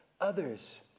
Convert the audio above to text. others